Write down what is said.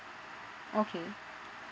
okay